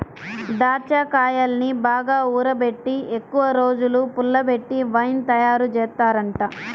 దాచ్చాకాయల్ని బాగా ఊరబెట్టి ఎక్కువరోజులు పుల్లబెట్టి వైన్ తయారుజేత్తారంట